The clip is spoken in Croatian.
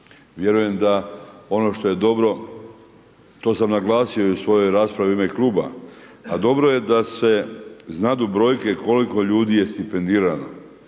Vjerujem da ono što je dobro, to sam naglasio i u svojoj raspravi u ime kluba a dobro je da se znaju brojke koliko ljudi je stipendirano.